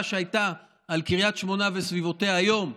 שהייתה על קריית שמונה וסביבותיה היום,